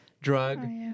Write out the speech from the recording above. drug